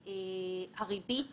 הוא רגולטור שעניינו יציבות,